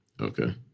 Okay